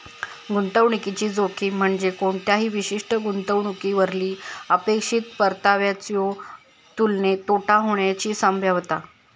गुंतवणुकीची जोखीम म्हणजे कोणत्याही विशिष्ट गुंतवणुकीवरली अपेक्षित परताव्याच्यो तुलनेत तोटा होण्याची संभाव्यता